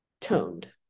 toned